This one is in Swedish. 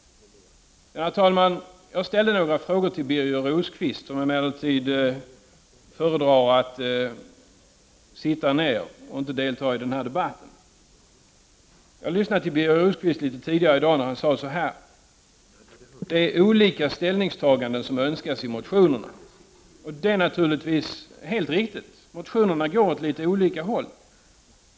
Herr talman! Jag ställde några frågor till Birger Rosqvist, som emellertid föredrar att sitta ned och inte delta i debatten. Jag lyssnade till Birger Rosqvist litet tidigare i dag, när han sade att det är olika ställningstaganden som önskas i motionerna. Det är naturligtvis helt riktigt. Motionerna går åt litet olika håll.